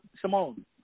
Simone